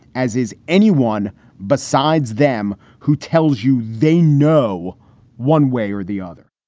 as is anyone besides them. who tells you they know one way or the other